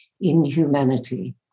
inhumanity